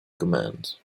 command